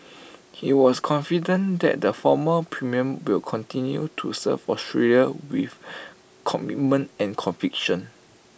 he was confident that the former premium will continue to serve Australia with commitment and conviction